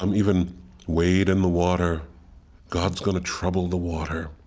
um even wade in the water god's going to trouble the water,